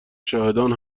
شاهدان